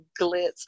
glitz